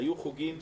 היו חוגים,